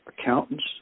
accountants